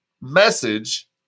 message